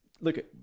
look